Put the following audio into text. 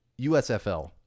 USFL